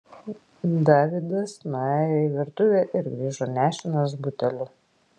davidas nuėjo į virtuvę ir grįžo nešinas buteliu